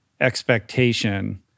expectation